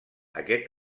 aquest